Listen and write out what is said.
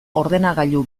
ordenagailu